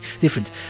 different